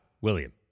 William